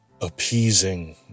appeasing